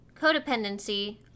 codependency